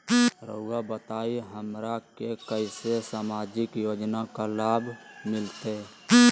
रहुआ बताइए हमरा के कैसे सामाजिक योजना का लाभ मिलते?